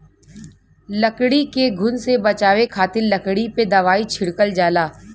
लकड़ी के घुन से बचावे खातिर लकड़ी पे दवाई छिड़कल जाला